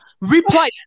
Reply